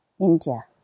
India